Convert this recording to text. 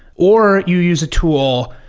or you use a tool,